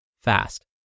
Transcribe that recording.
fast